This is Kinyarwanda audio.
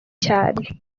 cyane